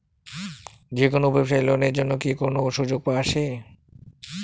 যে কোনো ব্যবসায়ী লোন এর জন্যে কি কোনো সুযোগ আসে?